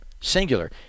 singular